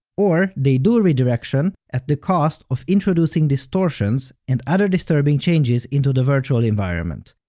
or they do redirection, at the cost of introducing distortions and other disturbing changes into the virtual environment.